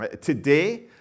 Today